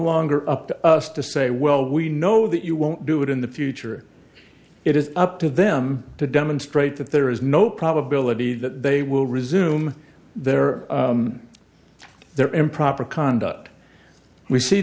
longer up to us to say well we know that you won't do it in the future it is up to them to demonstrate that there is no probability that they will resume their their improper conduct we see